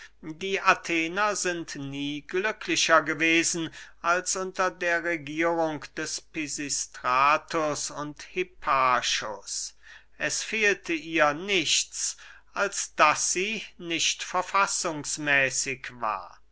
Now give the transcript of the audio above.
die athener sind nie glücklicher gewesen als unter der regierung des pisistratus und hipparchus es fehlte ihr nichts als daß sie nicht verfassungsmäßig war